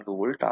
4 - 2 0